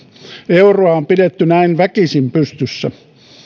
euroa on pidetty näin väkisin pystyssä